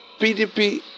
PDP